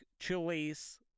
chilies